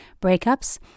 breakups